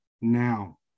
now